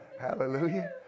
Hallelujah